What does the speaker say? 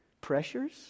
pressures